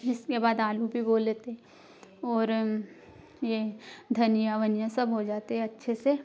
इसके बाद आलू भी बो लेते है और यह धनिया वनिया सब हो जाते है अच्छे से